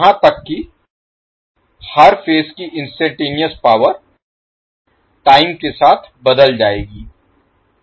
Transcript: यहां तक कि हर फेज की इन्स्टान्टेनेयस पावर टाइम के साथ बदल जाएगी